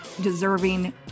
deserving